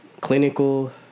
clinical